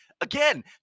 again